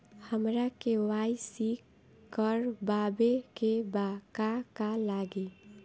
हमरा के.वाइ.सी करबाबे के बा का का लागि?